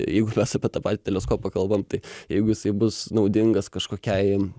jeigu mes apie tą patį teleskopą kalbam tai jeigu jisai bus naudingas kažkokiai